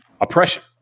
oppression